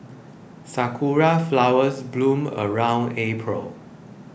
sakura flowers bloom around April